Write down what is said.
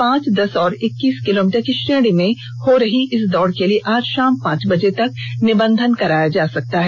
पांच दस और इक्कीस किलोमीटर की श्रेणी में हो रही इस दौड़ के लिए आज शाम पांच बजे तक निबंधन कराया जा सकता है